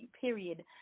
period